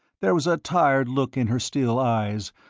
there was a tired look in her still eyes,